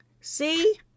see